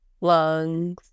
lungs